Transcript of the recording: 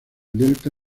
delta